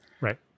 Right